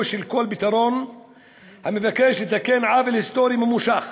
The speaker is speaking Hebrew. של כל פתרון המכוון לתקן עוול היסטורי ממושך